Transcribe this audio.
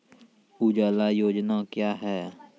उजाला योजना क्या हैं?